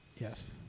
Yes